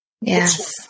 Yes